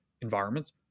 environments